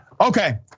Okay